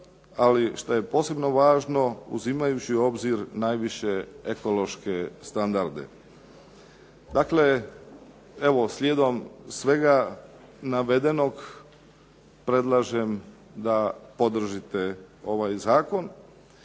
ali što je posebno važno uzimajući u obzir najviše ekološke standarde. Dakle, evo slijedom svega navedenog predlažem da podržite ovaj zakon.